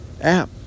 app